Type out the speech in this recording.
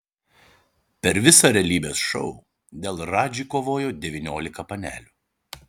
per visą realybės šou dėl radži kovojo devyniolika panelių